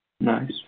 Nice